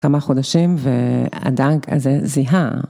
כמה חודשים ו... הדג הזה זיהה.